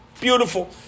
Beautiful